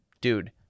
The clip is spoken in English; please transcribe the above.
Dude